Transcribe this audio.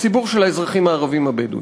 הציבור של האזרחים הערבים הבדואים.